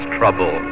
trouble